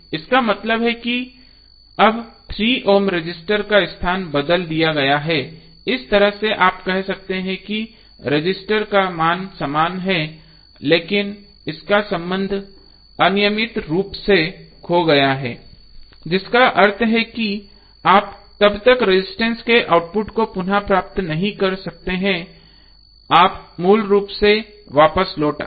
इसका मतलब है कि अब 3 ओम रजिस्टर का स्थान बदल दिया गया है इस तरह से आप कह सकते हैं कि रजिस्टेंस का मान समान है लेकिन इसका संबंध अनियमित रूप से खो गया है जिसका अर्थ है कि आप तब तक रजिस्टेंस के आउटपुट को पुनः प्राप्त नहीं कर सकते हैं आप मूल रूप में वापस लौट आए